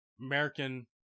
American